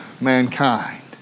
mankind